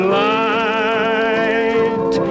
light